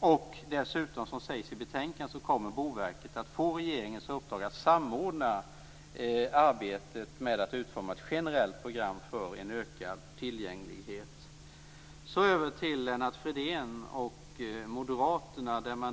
Boverket kommer, vilket sägs i betänkandet, att få regeringens uppdrag att samordna arbetet med att utforma ett generellt program för en ökad tillgänglighet. Så över till Lennart Fridén och moderaterna.